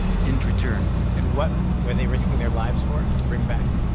didn't return and what were they risking their lives for to bring back?